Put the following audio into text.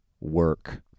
work